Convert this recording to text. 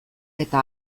eta